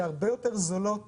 שהן הרבה יותר זולות